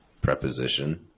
preposition